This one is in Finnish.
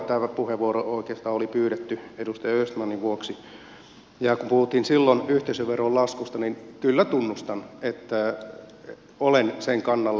tämä puheenvuoro oikeastaan oli pyydetty edustaja östmanin vuoksi ja kun puhuttiin yhteisöveron laskusta niin kyllä tunnustan että olen sen kannalla